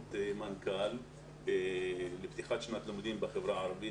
והמנכ"ל בפתיחת שנת לימודים בחברה הערבית,